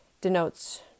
denotes